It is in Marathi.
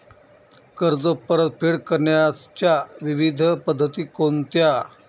कर्ज परतफेड करण्याच्या विविध पद्धती कोणत्या?